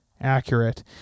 accurate